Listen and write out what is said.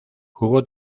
jugó